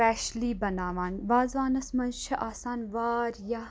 specially بَناوان وازوانَس منٛز چھِ آسان واریاہ